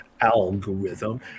algorithm